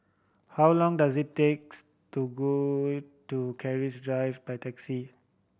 how long does it takes to go to Keris Drive by taxi